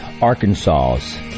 Arkansas's